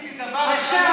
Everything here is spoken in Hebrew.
תגידי דבר אחד,